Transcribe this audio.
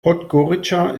podgorica